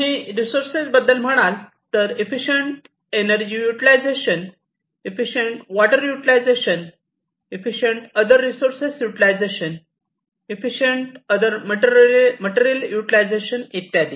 तुम्ही रिसोर्सेस बद्दल म्हणाल तर efficient energy utilization efficient water utilization efficient other resources utilization efficient other material utilization इत्यादी